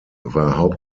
war